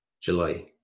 July